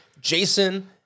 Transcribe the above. Jason